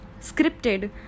scripted